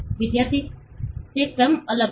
વિદ્યાર્થી તે કેમ અલગ છે